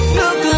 look